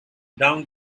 down